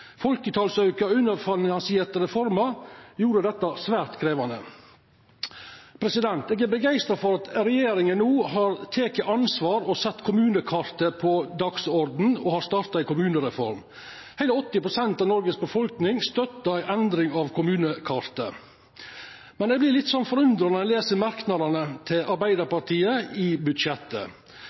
og underfinansierte reformer gjorde dette svært krevjande. Eg er begeistra for at regjeringa no har teke ansvar og har sett kommunekartet på dagsordenen og starta ei kommunereform. Heile 80 pst. av Noregs befolkning støttar ei endring av kommunekartet. Men eg vert litt forundra når eg les merknadene til Arbeidarpartiet i